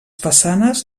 façanes